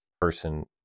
person